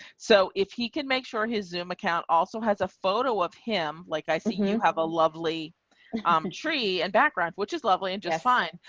so if he can make sure his zoom account also has a photo of him. like, i see. you have a lovely um tree and background, which is lovely and just fine.